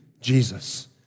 Jesus